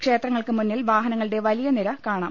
ക്ഷേത്രങ്ങൾക്ക് മുന്നിൽ വാഹനങ്ങളുടെ വലിയ നിര കാണാം